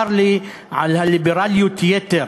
צר לי על ליברליות היתר